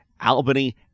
Albany